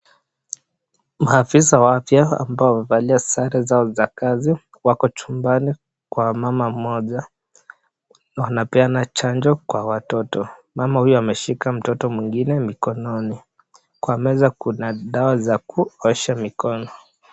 Maafisa wa afya ambao wamevalia sare zao za kazi wako chumbani kwa mama mmoja wanapeana chanjo kwa watoto. Mama huyo ameshika mtoto mwingine mikononi. Kwa meza kuna dawa za kuosha mikono.